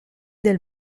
del